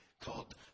called